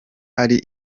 ari